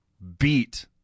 beat